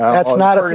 that's not um